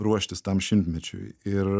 ruoštis tam šimtmečiui ir